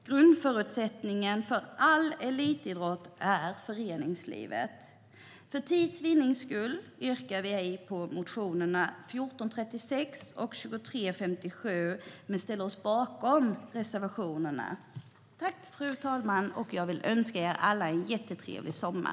Grundförutsättningen för all elitidrott är föreningslivet. För tids vinnande yrkar jag ej bifall till motionerna 1436 och 2357, men vi ställer oss bakom reservationerna, fru talman. Jag önskar er alla en jättetrevlig sommar!